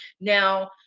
now